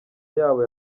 yabo